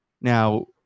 now